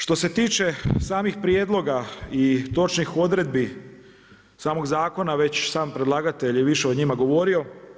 Što se tiče samih prijedloga i točnih odredbi samog zakona već sam predlagatelj je više o njima govorio.